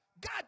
God